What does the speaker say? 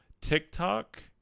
TikTok